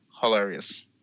Hilarious